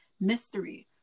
mystery